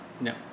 No